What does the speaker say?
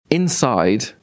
Inside